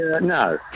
no